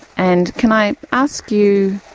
and can i ask you,